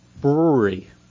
Brewery